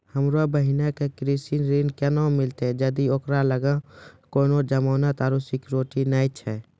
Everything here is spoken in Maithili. हमरो बहिनो के कृषि ऋण केना मिलतै जदि ओकरा लगां कोनो जमानत आरु सिक्योरिटी नै छै?